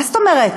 מה זאת אומרת,